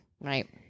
right